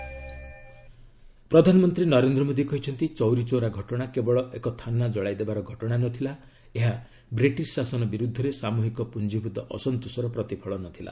PM Chauri Chaura ପ୍ରଧାନମନ୍ତ୍ରୀ ନରେନ୍ଦ୍ର ମୋଦୀ କହିଛନ୍ତି ଚୌରୀ ଚୌରା ଘଟଣା କେବଳ ଏକ ଥାନା ଜଳାଇଦେବାର ଘଟଣା ନଥିଲା ଏହା ବ୍ରିଟିଶ ଶାସନ ବିରୁଦ୍ଧରେ ସାମୃହିକ ପୁଞ୍ଜଭୂତ ଅସନ୍ତୋଷର ପ୍ରତିଫଳନ ଥିଲା